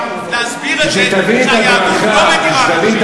כדי להסביר את זה שהיהדות לא מדירה נשים.